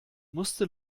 musste